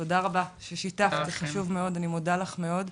תודה רבה ששיתפת, זה חשוב מאוד, אני מודה לך מאוד.